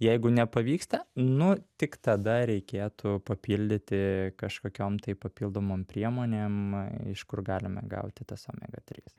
jeigu nepavyksta nu tik tada reikėtų papildyti kažkokiom tai papildomom priemonėm iš kur galime gauti tas omega trys